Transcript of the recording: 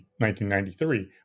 1993